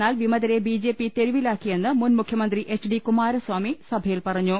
എന്നാൽ വിമതരെ B J P തെരുവിലാക്കിയെന്ന് മുൻമുഖ്യമന്ത്രി എച്ച് ഡി കുമാ രസ്വാമി സഭയിൽ പറഞ്ഞു